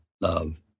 love